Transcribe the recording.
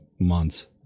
months